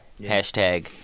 Hashtag